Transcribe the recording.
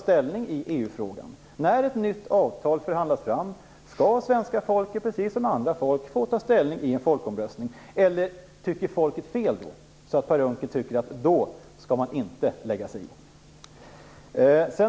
Skall det svenska folket då få ta ställning i EU frågan? Skall svenska folket, precis som folk i andra länder, få ta ställning i en folkomröstning när ett nytt avtal förhandlas fram? Eller tycker folket fel då? Tycker Per Unckel att man då inte skall lägga sig i?